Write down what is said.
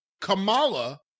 Kamala